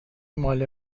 ماله